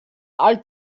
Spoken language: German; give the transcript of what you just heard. all